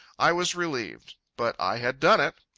i was relieved. but i had done it!